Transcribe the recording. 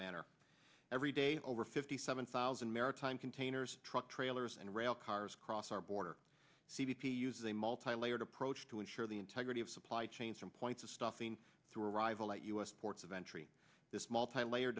manner every day over fifty seven thousand maritime containers truck trailers and rail cars cross our border c b p use a multilayered approach to ensure the integrity of supply chains from point stuffing through arrival at u s ports of entry this multi layer